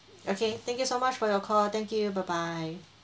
okay thank you so much for your call thank you bye bye